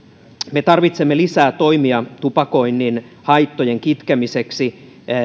me tarvitsemme lisää toimia tupakoinnin haittojen kitkemiseksi